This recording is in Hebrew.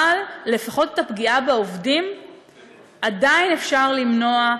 אבל לפחות את הפגיעה בעובדים עדיין אפשר למנוע.